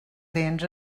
dents